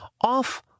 off